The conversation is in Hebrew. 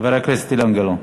חבר הכנסת אילן גלאון.